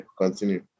Continue